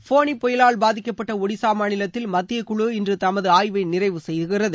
ஃபோனி புயலால் பாதிக்கப்பட்ட ஒடிசா மாநிலத்தில் மத்திய குழு இன்று தமது ஆய்வை நிறைவு செய்கிறது